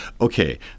okay